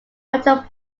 hundred